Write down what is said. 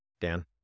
Dan